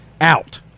out